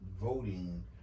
voting